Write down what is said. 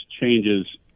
changes